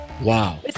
Wow